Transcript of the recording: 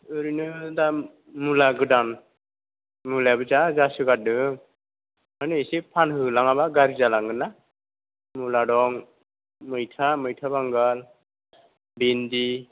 ओरैनो दा मुला गोदान मुलायाबो जा जासो गारदों ओंखायनो एसे फानहो होलांआबा गाज्रि जालांगोन ना मुला दं मैथा मैथा बांगाल भिन्दि